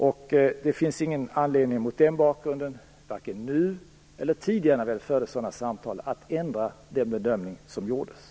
Det finns mot den bakgrunden ingen anledning att nu ändra den bedömning som gjordes, och det fanns heller ingen anledning att göra det då vi förde sådana samtal tidigare.